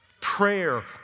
Prayer